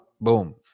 boom